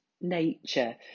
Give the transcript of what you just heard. nature